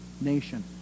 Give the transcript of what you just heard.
nation